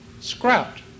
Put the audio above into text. scrapped